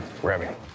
grabbing